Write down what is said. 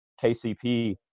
KCP